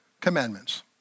commandments